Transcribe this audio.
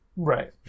Right